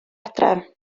adref